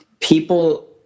people